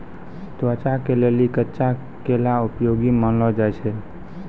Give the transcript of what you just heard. त्वचा के लेली कच्चा केला उपयोगी मानलो जाय छै